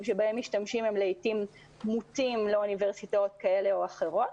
שבהם משתמשים הם לעתים מוטים לאוניברסיטאות כאלה או אחרות.